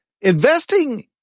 Investing